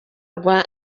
rwa